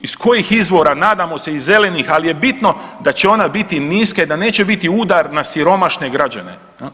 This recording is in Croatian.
Iz kojih izvora, nadamo se iz zelenih ali je bitno da će ona biti niska i da neće biti udar na siromašne građane.